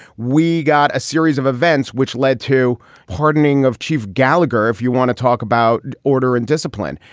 we got a series of events which led to hardening of chief gallagher, if you want to talk about order and discipline.